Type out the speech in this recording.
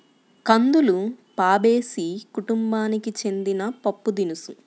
కందులు ఫాబేసి కుటుంబానికి చెందిన పప్పుదినుసు